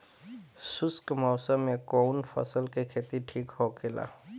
शुष्क मौसम में कउन फसल के खेती ठीक होखेला?